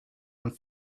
and